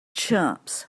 chumps